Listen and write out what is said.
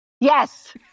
Yes